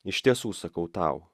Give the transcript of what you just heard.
iš tiesų sakau tau